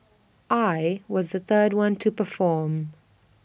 I was the third one to perform